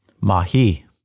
Mahi